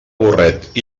burret